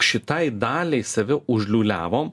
šitai daliai save užliūliavom